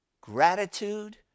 gratitude